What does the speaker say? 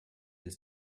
his